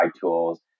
tools